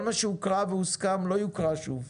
כל מה שהוקרא והוסכם, לא יוקרא שוב.